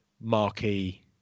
marquee